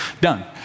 Done